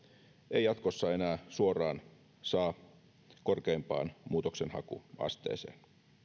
ei jatkossa enää suoraan saa korkeimpaan muutoksenhakuasteeseen